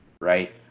right